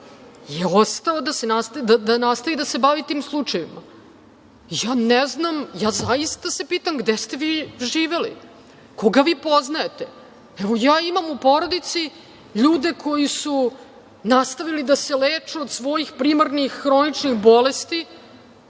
je ostao da nastavi da se bavi tim slučajevima. Ja se zaista pitam gde ste vi živeli? Koga vi poznajete? Evo, ja imam u porodici ljude koji su nastavili da se leče od svojih primarnih hroničnih bolesti